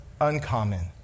uncommon